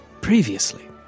Previously